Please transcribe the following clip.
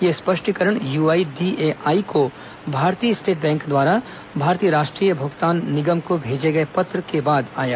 यह स्पष्टीकरण UIDAI को भारतीय स्टेट बैंक द्वारा भारतीय राष्ट्रीय भुगतान निगम को भेजे गये एक पत्र के बाद आया